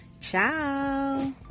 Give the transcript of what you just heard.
ciao